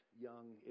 young